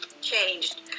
changed